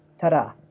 ta-da